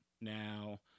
Now